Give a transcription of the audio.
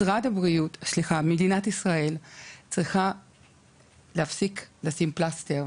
מדינת ישראל צריכה להפסיק לשים ״פלסטר״,